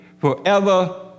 forever